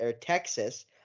Texas